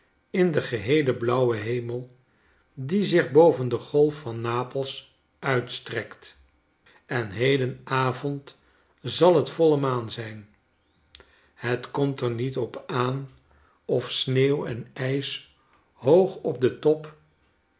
in den geheelen blauwen hemel die zich boven de golf van n a p e s uitstrekt en hedenavond zal het voile maan zijn het komter niet op aan of sneeuw en ijs hoog op den top